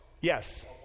Yes